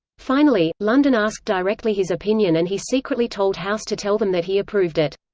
finally, london asked directly his opinion and he secretly told house to tell them that he approved it.